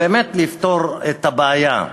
באמת לפתור את הבעיה,